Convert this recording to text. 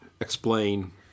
explain